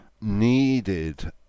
needed